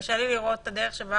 קשה לי לראות את הדרך שבה